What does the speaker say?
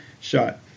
shot